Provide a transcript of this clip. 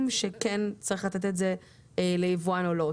משתכנעים שכן צריך לתת את זה ליבואן או לא.